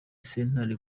sentare